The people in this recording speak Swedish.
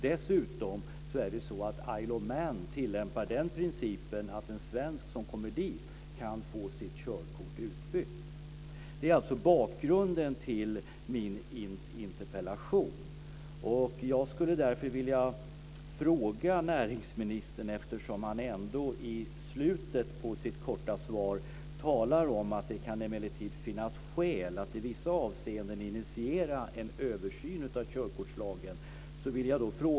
Dessutom tillämpar Isle of Man den principen att en svensk som kommer dit kan få sitt körkort utbytt. Det är alltså bakgrunden till min interpellation. Jag skulle därför vilja ställa en fråga till näringsministern. Han talar ändå i slutet av sitt korta svar om att det emellertid kan finnas skäl att i vissa avseenden initiera en översyn av körkortslagen.